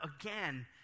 again